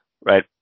Right